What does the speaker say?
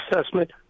assessment